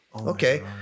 Okay